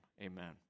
Amen